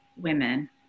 women